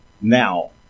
Now